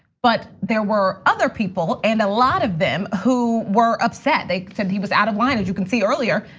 but there were other people and a lot of them who were upset they said he was out of line. as you can see earlier,